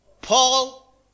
Paul